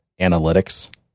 analytics